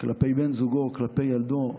כלפי בן זוגו, כלפי ילדו,